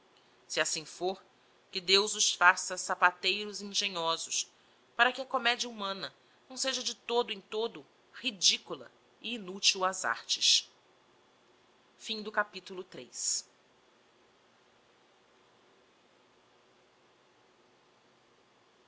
se assim fôr que deus os faça sapateiros engenhosos para que a comedia humana não seja de todo em todo ridicula e inutil ás artes o